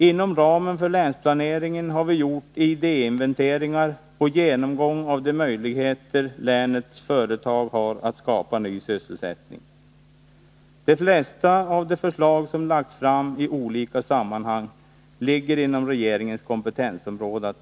Inom ramen för länsplaneringen har vi gjort idéinventeringar och en genomgång av de möjligheter länets företag har att skapa ny sysselsättning. Det ligger inom regeringens kompetensområde att besluta om de flesta av de förslag som lagts fram i olika sammanhang.